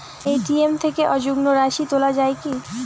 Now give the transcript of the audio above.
ATM থেকে অযুগ্ম রাশি তোলা য়ায় কি?